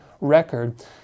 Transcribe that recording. record